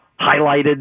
highlighted